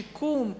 שיקום,